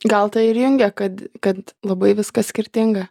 gal tai ir jungia kad kad labai viskas skirtinga